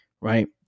right